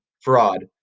fraud